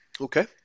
Okay